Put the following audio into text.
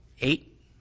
eight